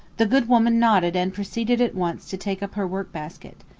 the good woman nodded and proceeded at once to take up her work-basket.